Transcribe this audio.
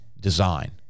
design